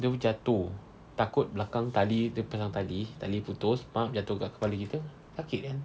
dia jatuh takut belakang tali dia pasang tali tali putus jatuh kat kepala kita sakit kan